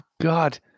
god